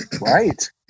Right